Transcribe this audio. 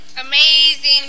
Amazing